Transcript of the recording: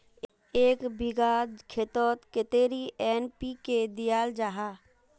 एक बिगहा खेतोत कतेरी एन.पी.के दियाल जहा?